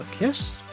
yes